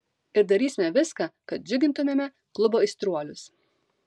ir darysime viską kad džiugintumėme klubo aistruolius